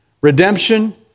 redemption